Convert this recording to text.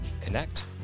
Connect